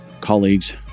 colleagues